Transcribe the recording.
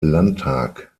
landtag